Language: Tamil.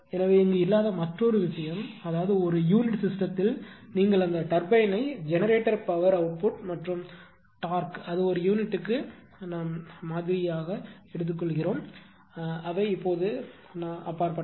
எனவே இங்கு இல்லாத மற்றொரு விஷயம் அதாவது ஒரு யூனிட் சிஸ்டத்தில் நீங்கள் அந்த டர்பைனை ஜெனரேட்டர் பவர் அவுட்புட் மற்றும் டார்க் அது ஒரு யூனிட்டுக்கு ஒரே மாதிரியானது ஆனால் அவை இப்போது அப்பாற்பட்டவை